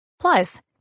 Plus